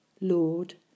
Lord